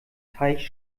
teich